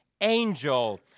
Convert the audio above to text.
angel